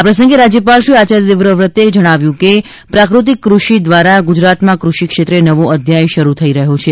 આ પ્રસંગે રાજ્યપાલ શ્રી આચાર્ય દેવવ્રતે જણાવ્યું છે કે પ્રાકૃતિક કૃષિ દ્વારા ગુજરાતમાં કૃષિ ક્ષેત્રે નવો જ અધ્યાય શરૂ થઇ રહ્યો છે